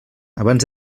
abans